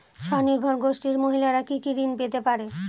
স্বনির্ভর গোষ্ঠীর মহিলারা কি কি ঋণ পেতে পারে?